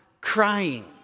crying